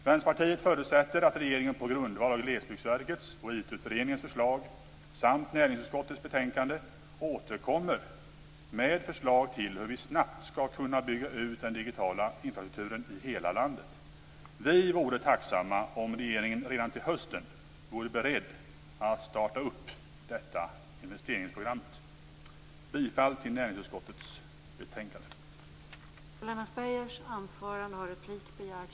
Vänsterpartiet förutsätter att regeringen på grundval av Glesbygdsverkets och IT utredningens förslag samt näringsutskottets betänkande återkommer med förslag till hur vi snabbt skall kunna bygga ut den digitala infrastrukturen i hela landet. Vi vore tacksamma om regeringen redan till hösten vore beredd att starta detta investeringsprogram. Jag yrkar bifall till hemställan i näringsutskottets betänkande.